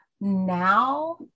now